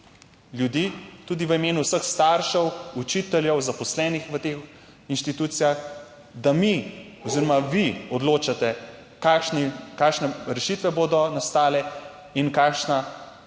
ljudi, tudi v imenu vseh staršev, učiteljev, zaposlenih v teh inštitucijah, da mi oziroma vi odločate, kakšne rešitve bodo nastale, oziroma